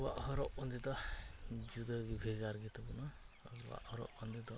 ᱟᱵᱚᱣᱟᱜ ᱦᱚᱨᱚᱜ ᱵᱟᱸᱫᱮᱫᱚ ᱡᱩᱫᱟᱹᱜᱮ ᱵᱷᱮᱜᱟᱨ ᱜᱮᱛᱟᱵᱚᱱᱟ ᱟᱵᱚᱣᱟᱜ ᱦᱚᱨᱚᱜ ᱵᱟᱸᱫᱮᱫᱚ